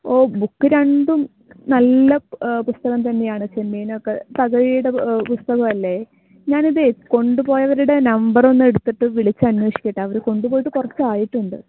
ഓ book രണ്ടും നല്ല പുസ്തകം തന്നെയാണ് ചെമ്മീനൊക്കെ തകഴിയുടെ പുസ്തകമല്ലേ ഞാനിതേ കൊണ്ടുപോയവരുടെ നമ്പർ ഒന്നെടുത്തിട്ട് വിളിച്ച് അന്വേഷിക്കട്ടെ അവർ കൊണ്ട് പോയിട്ട് കുറച്ചായിട്ടുണ്ട്